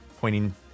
pointing